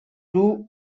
two